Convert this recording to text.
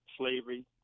slavery